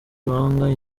lwanga